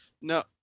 No